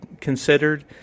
considered